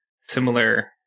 similar